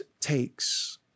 takes